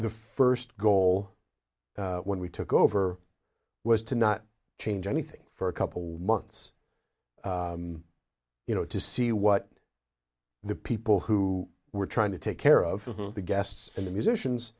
the first goal when we took over was to not change anything for a couple months you know to see what the people who were trying to take care of the guests and the musicians